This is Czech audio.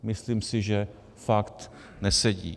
Myslím si, že fakt nesedí.